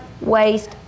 waste